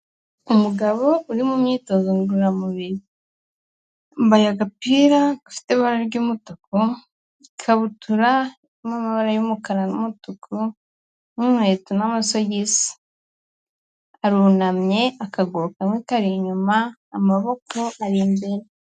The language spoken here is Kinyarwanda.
Umugabo uri mu myitozo ngororamubiri, yambaye agapira gafite ibara ry'umutuku, ikabutura irimo amabara y'umukara n'umutuku n'inkweto n'amasogisi, arunamye akaguru kamwe kari inyuma amaboko ari imbere.